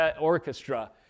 orchestra